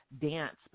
dance